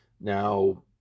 Now